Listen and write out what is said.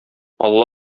алла